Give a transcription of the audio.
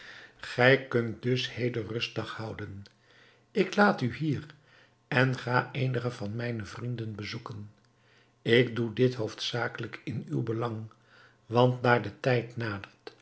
gij kunt dus heden rustdag houden ik laat u hier en ga eenige van mijne vrienden bezoeken ik doe dit hoofdzakelijk in uw belang want daar de tijd nadert